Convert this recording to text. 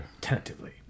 Tentatively